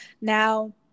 now